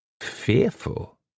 fearful